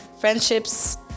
friendships